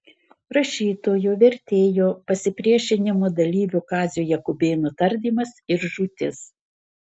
rašytojo vertėjo pasipriešinimo dalyvio kazio jakubėno tardymas ir žūtis